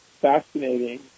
fascinating